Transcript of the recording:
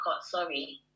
sorry